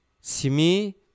Simi